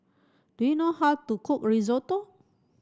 do you know how to cook Risotto